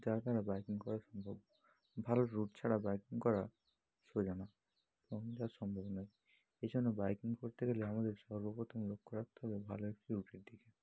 যার কারণে বাইকিং করা সম্ভব ভালো রুট ছাড়া বাইকিং করা সোজা না এবং তা সম্ভব নয় এই জন্য বাইকিং করতে গেলে আমাদের সর্বপ্রথম লক্ষ রাখতে হবে ভালো একটি রুটের দিকে